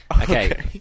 Okay